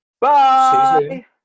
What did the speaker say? Bye